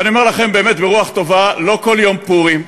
ואני אומר לכם באמת, ברוח טובה, לא כל יום פורים,